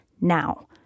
now